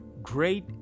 Great